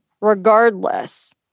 regardless